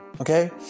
Okay